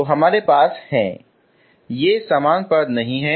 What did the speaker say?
तो हमारे पास है वे समान पद नहीं हैं